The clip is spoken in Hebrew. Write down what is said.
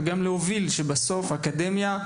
גם להוביל שבסוף אקדמיה,